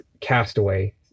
Castaway